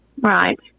Right